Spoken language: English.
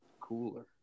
cooler